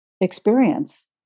experience